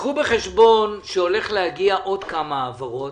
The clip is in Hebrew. קחו בחשבון שהולכות להגיע עוד כמה העברות